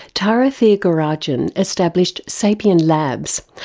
tara thiagarajan established sapien labs,